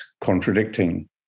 contradicting